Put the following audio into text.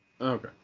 Okay